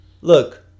Look